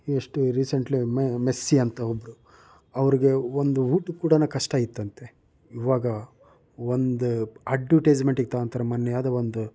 ಎಷ್ಟು ರೀಸೆಂಟ್ಲಿ ಅವ್ರು ಮೆಸ್ಸಿ ಅಂತ ಒಬ್ಬರು ಅವ್ರಿಗೆ ಒಂದು ಊಟಕ್ಕೆ ಕೂಡ ಕಷ್ಟ ಇತ್ತಂತೆ ಈವಾಗ ಒಂದು ಅಡ್ವಟೈಸ್ಮೆಂಟಿಗೆ ತಗೋತಾರೆ ಮೊನ್ನೆ ಯಾವುದೋ ಒಂದು